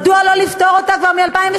מדוע לא לפתור אותה כבר מ-2013?